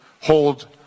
hold